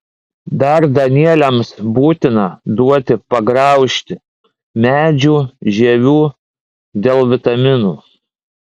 dar danieliams būtina duoti pagraužti medžių žievių dėl vitaminų